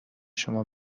شما